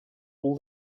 all